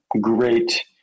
great